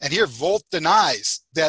and your volt denies that